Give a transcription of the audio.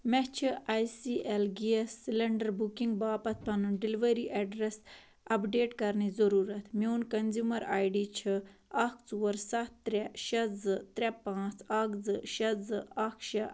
مےٚ چھِ I C L gas cylinder booking باپَتھ پنُن ڈیٚلؤری ایٚڈرس اپڈیٹ کرنٕچ ضُروٗرت میٛون کنزیٛومر آے ڈی چھُ اکھ ژور سَتھ ترٛےٚ شےٚ زٕ ترٛےٚ پانٛژھ اکھ زٕ شےٚ زٕ اکھ شےٚ